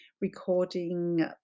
recording